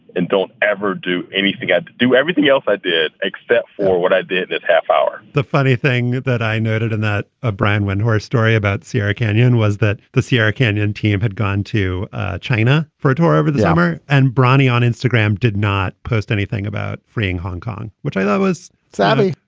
and don't ever do anything to do everything else i did except for what i did. half hour the funny thing that i noted in that ah brangwyn horror story about sierra kanyon was that the sierra canyon team had gone to china for a tour over the summer, and bronnie on instagram did not post anything about freeing hong kong, which i thought was savvy.